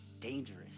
dangerous